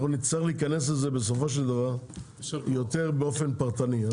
אנחנו נצטרך להיכנס לזה בסופו של דבר באופן יותר פרטני.